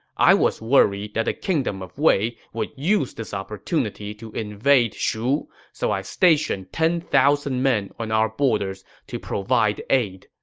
i was worried that the kingdom of wei would use this opportunity to invade shu, so i stationed ten thousand men on our borders to provide aid.